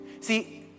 See